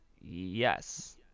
Yes